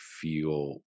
feel